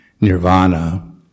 nirvana